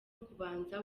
ukubanza